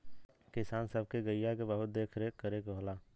किसान सब के गइया के बहुत देख रेख करे के होला